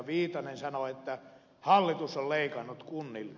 viitanen sanoi että hallitus on leikannut kunnilta